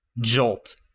jolt